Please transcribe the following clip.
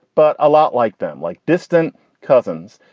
but a lot like them, like distant cousins,